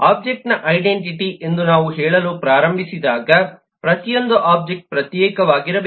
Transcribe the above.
ಒಬ್ಜೆಕ್ಟ್ನ ಐಡೆಂಟಿಟಿ ಎಂದು ನಾವು ಹೇಳಲು ಪ್ರಾರಂಭಿಸಿದಾಗ ಪ್ರತಿಯೊಂದು ಒಬ್ಜೆಕ್ಟ್ ಪ್ರತ್ಯೇಕವಾಗಿರಬೇಕು